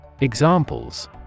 Examples